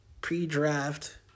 pre-draft